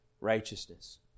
righteousness